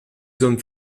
zones